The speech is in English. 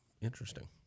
Interesting